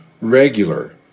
regular